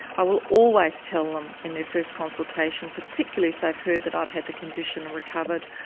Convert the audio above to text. i will always tell them in their first consultation, particularly if they've heard that i've had the condition and recovered,